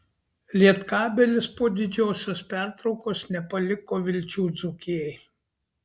lietkabelis po didžiosios pertraukos nepaliko vilčių dzūkijai